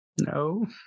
No